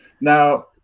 Now